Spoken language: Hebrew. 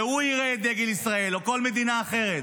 שהוא יראה את דגל ישראל, או כל מדינה אחרת.